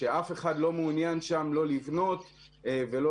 שאף אחד לא מעוניין שם לא לבנות ולא